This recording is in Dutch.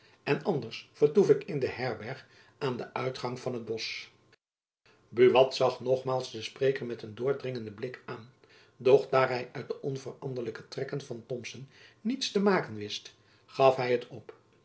en anders vertoef ik in de herberg aan den uitgang van t bosch buat zag nogmaals den spreker met een doordringenden blik aan doch daar hy uit de onveranderlijke trekken van thomson niets te maken wist gaf hy t op